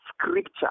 scripture